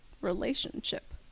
relationship